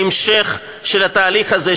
להמשך התהליך הזה,